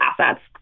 assets